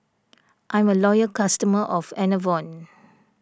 I'm a loyal customer of Enervon